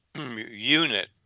unit